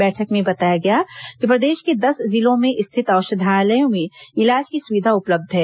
बैठक में बताया गया कि प्रदेश के दस जिलों में स्थित औषधालयों में इलाज की सुविधा उपलब्ध है